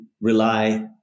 rely